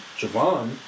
Javon